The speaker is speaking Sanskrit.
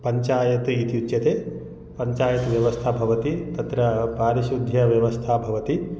पञ्चायत् इत्युच्यते पञ्चायत् व्यवस्था भवति तत्र पारिशुद्ध्यव्यवस्था भवति